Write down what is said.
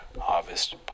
Harvest